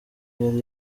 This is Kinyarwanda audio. yari